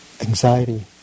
anxiety